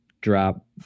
drop